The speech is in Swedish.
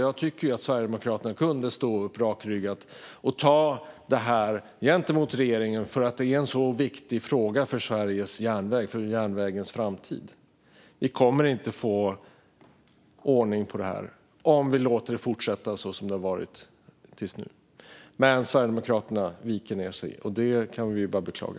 Jag tycker att Sverigedemokraterna kunde stå upp rakryggat och ta det här gentemot regeringen. Det är en så viktig fråga för Sveriges järnväg och järnvägens framtid. Vi kommer inte att få ordning på detta om vi låter det fortsätta så som det har varit tills nu. Men Sverigedemokraterna viker ned sig. Det kan vi bara beklaga.